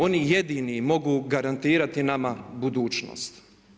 Oni jedini mogu garantirati nama budućnost.